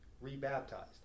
re-baptized